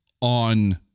on